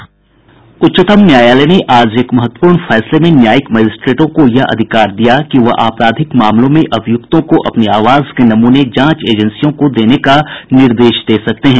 उच्चतम न्यायालय ने आज एक महत्वपूर्ण फैसले में न्यायिक मजिस्ट्रेटों को यह अधिकार दिया कि वह आपराधिक मामलों में अभियुक्तों को अपनी आवाज के नमूने जांच एजेंसियों को देने का निर्देश दे सकते हैं